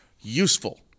useful